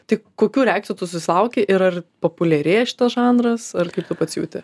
tai kokių reakcijų tu sulauki ir ar populiarėja šitas žanras ar kaip tu pats jauti